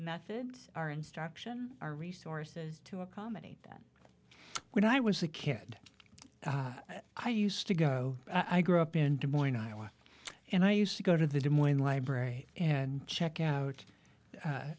methods our instruction our resources to accommodate that when i was a kid i used to go i grew up in des moines iowa and i used to go to the des moines library and check out